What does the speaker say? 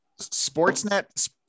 Sportsnet